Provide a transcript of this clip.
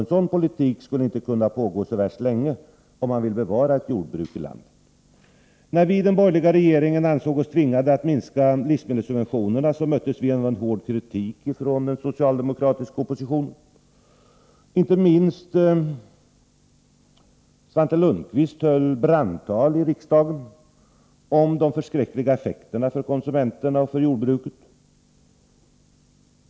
En sådan politik skulle inte kunna föras så värst länge om man vill bevara ett jordbruk i landet. När vi i den borgerliga regeringen ansåg oss tvingade att minska livsmedelssubventionerna möttes vi av hård kritik från den socialdemokratiska oppositionen. Inte minst Svante Lundkvist höll brandtal i riksdagen om de förskräckliga effekterna för konsumenterna och för jordbruket.